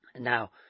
Now